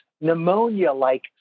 pneumonia-like